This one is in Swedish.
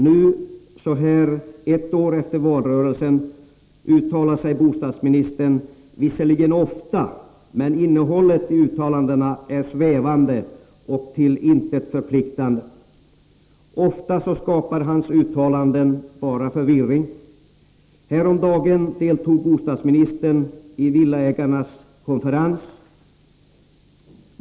Nu, ett år efter valrörelsen, uttalar sig bostadsministern visserligen ofta, men innehållet i uttalandena är svävande och till intet förpliktande. Ofta skapar uttalandena bara förvirring. Häromdagen deltog bostadsministern i Villägarnas konferens.